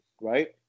right